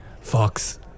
fox